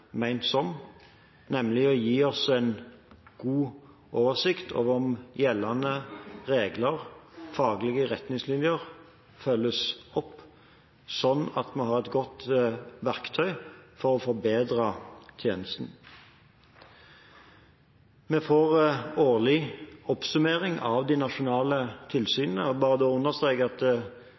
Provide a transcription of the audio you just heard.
som, nemlig å gi oss en god oversikt over gjeldende regler, og at faglige retningslinjer følges opp, sånn at vi har et godt verktøy for å forbedre tjenesten. Vi får årlig oppsummering av de nasjonale tilsynene. Jeg vil bare understreke at